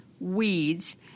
Weeds